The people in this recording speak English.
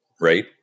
right